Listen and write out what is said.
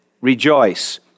rejoice